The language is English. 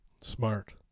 Smart